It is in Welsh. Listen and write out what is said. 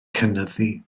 cynyddu